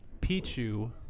Pichu